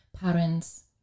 parents